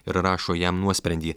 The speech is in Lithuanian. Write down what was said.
ir rašo jam nuosprendį